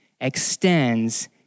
extends